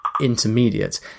intermediate